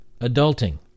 adulting